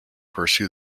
pursue